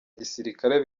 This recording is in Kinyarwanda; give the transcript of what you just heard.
gisirikare